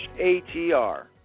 atr